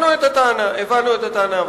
הבנו את הטענה,